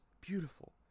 beautiful